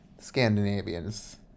Scandinavians